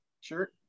Sure